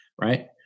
right